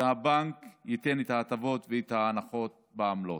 והבנק ייתן את ההטבות ואת ההנחות בעמלות.